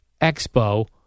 expo